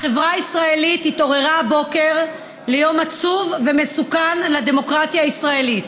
החברה הישראלית התעוררה הבוקר ליום עצוב ומסוכן לדמוקרטיה הישראלית.